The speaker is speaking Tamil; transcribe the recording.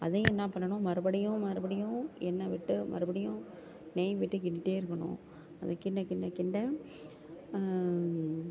அதையும் என்ன பண்ணணும் மறுபடியும் மறுபடியும் எண்ணெய் விட்டு மறுபடியும் நெய் விட்டு கிண்டிகிட்டே இருக்கணும் அது கிண்ட கிண்ட கிண்ட